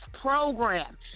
Program